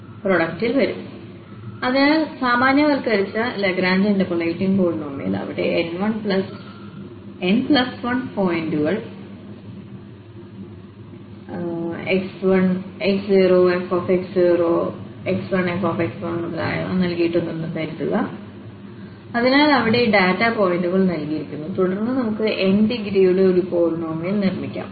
ശരി അതിനാൽ സാമാന്യവൽക്കരിച്ച ലഗ്രാഞ്ച് ഇന്റർപോളേറ്റിംഗ് പോളിനോമിയൽ അവിടെ n1 പോയിന്റുകൾx0fx0x1fx1xnfxn നൽകിയിട്ടുണ്ടെന്ന് കരുതുക അതിനാൽ അവിടെ ഡാറ്റ പോയിന്റുകൾ നൽകിയിരിക്കുന്നു തുടർന്ന് നമുക്ക് nഡിഗ്രിയുടെ ഒരു പോളിനോമിയൽ നിർമ്മിക്കാം